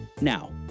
Now